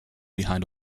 behind